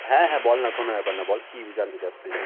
হ্যাঁ হ্যাঁ বল না কোনো ব্যাপার না বল কী জানতে চাস তুই